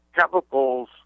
chemicals